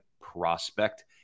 prospect